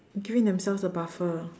giving themselves a buffer